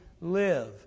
live